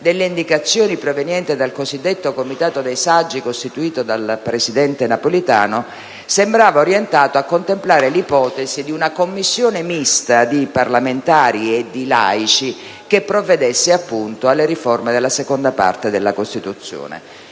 delle indicazioni provenienti dal cosiddetto Comitato dei saggi costituito dal presidente Napolitano, sembrava orientato a contemplare l'ipotesi di una Commissione mista di parlamentari e di «laici», che provvedesse appunto alle riforme della seconda parte della Costituzione.